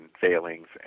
failings